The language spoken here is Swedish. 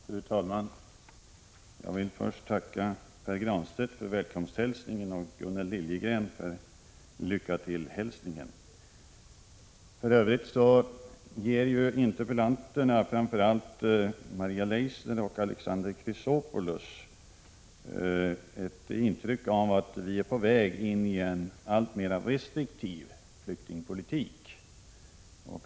Fru talman! Jag vill först tacka Pär Granstedt för välkomsthälsningen och Gunnel Liljegren för lycka-till-hälsningen. För övrigt ger interpellanterna, framför allt Maria Leissner och Alexander Chrisopoulos, ett intryck av att vi är på väg mot en alltmer restriktiv flyktingpolitik.